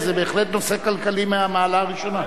זה בהחלט נושא כלכלי מהמעלה הראשונה.